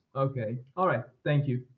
okay. all right. thank you.